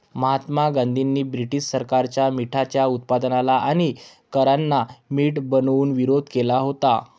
महात्मा गांधींनी ब्रिटीश सरकारच्या मिठाच्या उत्पादनाला आणि करांना मीठ बनवून विरोध केला होता